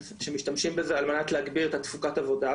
משתמשים בזה על מנת להגביר את תפוקת העבודה,